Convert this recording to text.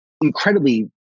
incredibly